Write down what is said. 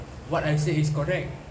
what I've said is correct